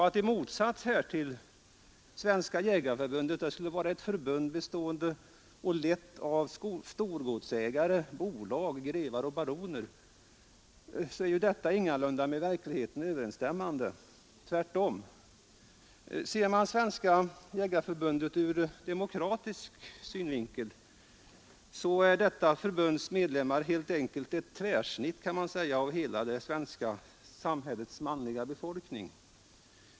I motsats härtill skulle Svenska jägareförbundet vara ett förbund lett av storgodsägare, bolag, grevar och baroner, Detta är ingalunda med verkligheten överensstämmande, tvärtom. Svenska jägareförbundets medlemmar är, sett ur demokratisk synvinkel, ett tvärsnitt av hela svenska samhällets manliga befolkning.